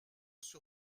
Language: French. sur